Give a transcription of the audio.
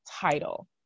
title